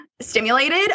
stimulated